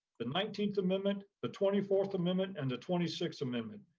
the nineteenth amendment, the twenty fourth amendment and the twenty sixth amendment.